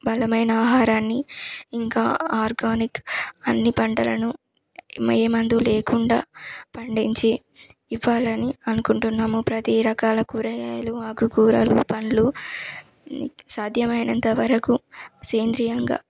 బలమైన ఆహారాన్ని ఇంకా ఆర్గానిక్ అన్ని పంటలను ఏ మందు లేకుండా పండించి ఇవ్వాలని అనుకుంటున్నాము ప్రతీ రకాల కూరగాయలు ఆకుకూరలు పండ్లు సాధ్యమైనంత వరకు సేంద్రీయంగా